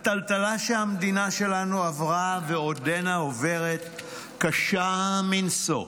הטלטלה שהמדינה שלנו עברה ועודנה עוברת קשה מנשוא,